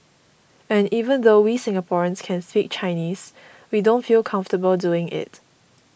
and even though we Singaporeans can speak Chinese we don't feel comfortable doing it